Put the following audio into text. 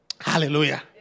Hallelujah